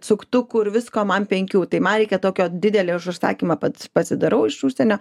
suktukų ir visko man penkių tai man reikia tokio didelio užsakymą pats pasidarau iš užsienio